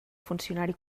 funcionari